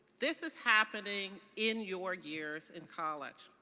this is happening in your years in college.